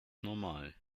normal